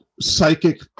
psychic